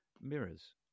mirrors